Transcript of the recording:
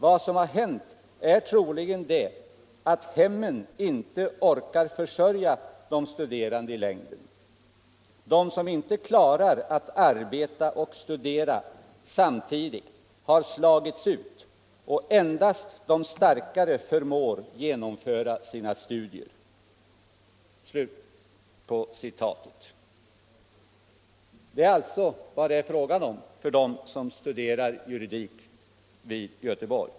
Vad som har hänt är troligen det att hemmen inte orkar försörja de studerande i längden. De som inte klarar att arbeta och studera samtidigt har slagits ut och endast de starkare förmår genomföra sina studier.” Sådana är alltså förhållandena för dem som studerar juridik i Göteborg.